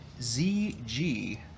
ZG